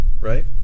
right